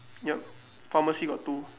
yup pharmacy got two